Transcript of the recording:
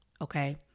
okay